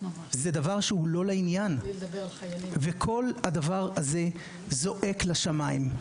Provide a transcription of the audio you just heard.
זה דבר שהוא לא לעניין וכל הדבר הזה זועק לשמיים,